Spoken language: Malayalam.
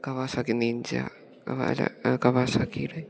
കവാസാക്കി നിഞ്ച വേറെ കവാസാക്കിയുടെ